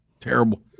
Terrible